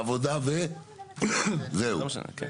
העבודה וישראל ביתנו?